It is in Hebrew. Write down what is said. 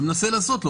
ומנסה לשפר אותו.